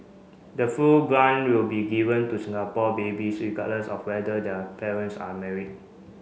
the full grant will be given to Singapore babies regardless of whether their parents are married